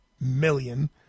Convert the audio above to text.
million